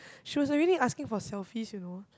she was already asking for selfie you know